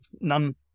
none